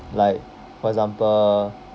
like for example